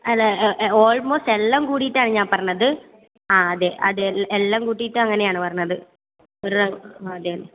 അല്ല ഓൾമോസ്റ്റ് എല്ലാം കൂടിയിട്ടാണ് ഞാൻ പറഞ്ഞത് ആ അതെ അതെ എല്ലാം കൂട്ടിയിട്ട് അങ്ങനെയാണ് പറഞ്ഞത്